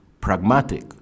pragmatic